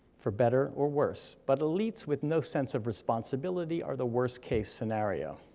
for better or worse, but elites with no sense of responsibility are the worst case scenario.